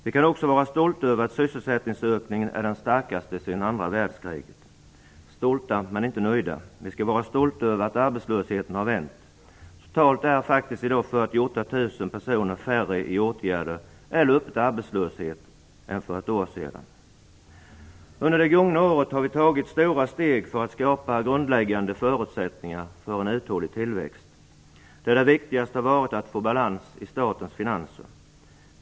Vi kan också vara stolta över att sysselsättningsökningen är den starkaste sedan andra världskriget - stolta, men inte nöjda. Vi skall vara stolta över att arbetslösheten har vänt. Totalt är 48 000 personer färre i åtgärder eller öppen arbetslöshet än för ett år sedan. Under det gångna året har vi tagit stora steg för att skapa grundläggande förutsättningar för en uthållig tillväxt, där det viktigaste har varit att få balans i statens finanser.